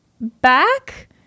back